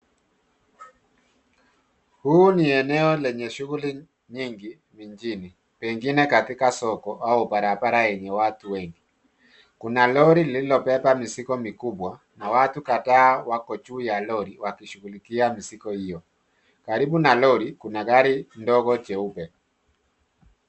Huu ni eneo lenye shughuli nyingi mijini pengine katika soko au barabara yenye watu wengi. Kuna lori lililobeba mizigo mikubwa na watu kadhaa wako juu ya Lori wakishughulikia mizigo hiyo. Karibu na lori kuna gari ndogo jeupe.